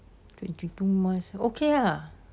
twenty two months okay ah